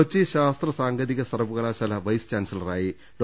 കൊച്ചി ശാസ്ത്ര സാങ്കേതിക സർവകലാശാല വൈസ് ചാൻസില റായി ഡോ